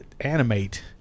animate